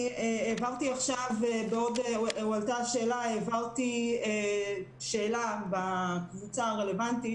כשהועלתה השאלה העברתי שאלה בקבוצה הרלוונטית